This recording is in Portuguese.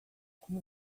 como